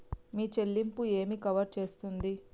మీ చెల్లింపు ఏమి కవర్ చేస్తుంది?